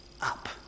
up